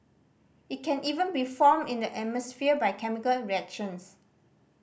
it can even be formed in the atmosphere by chemical reactions